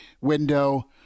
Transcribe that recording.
window